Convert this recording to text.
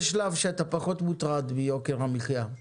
יש שלב שאתה פחות מוטרד מיוקר המחייה.